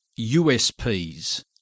USPs